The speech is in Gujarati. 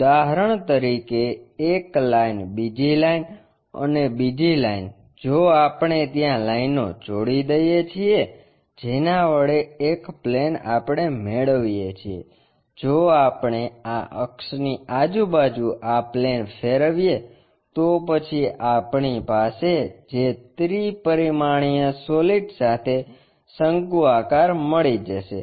ઉદાહરણ તરીકે એક લાઇન બીજી લાઇન અને બીજી લાઇન જો આપણે ત્યાં લાઈનો જોડી દઈએ છીએ જેના વડે એક પ્લેન આપણે મેળવીએ છીએ જો આપણે આ અક્ષની આજુબાજુ આં પ્લેન ફેરવીએ તો પછી આપણી પાસે જે ત્રિ પરિમાણીય સોલીડ સાથે શંકુ આકાર મળી જશે